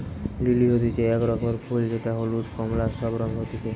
lily হতিছে এক রকমের ফুল যেটা হলুদ, কোমলা সব রঙে হতিছে